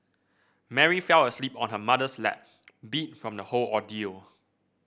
Mary fell asleep on her mother's lap beat from the whole ordeal